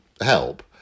help